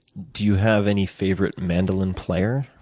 do you have any favorite mandolin player?